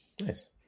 Nice